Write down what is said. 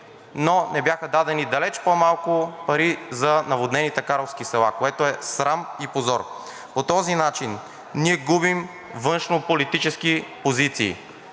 но бяха дадени далеч по-малки пари за наводнените карловски села, което е срам и позор! По този начин ние губим външнополитически позиции.